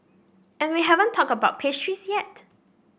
and we haven't talked about pastries yet